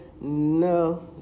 No